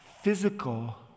physical